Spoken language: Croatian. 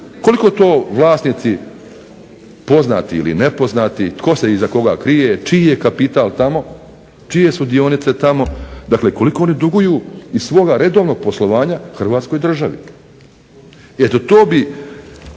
koliko to vlasnici poznati ili nepoznati, tko se iza koga krije, čiji je kapital tamo, čije su dionice tamo, dakle koliko oni duguju iz svoga redovnog poslovanja Hrvatskoj državi. Eto to bi,